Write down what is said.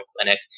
clinic